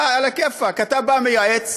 אתה עלא כיפאק, אתה בא, מייעץ,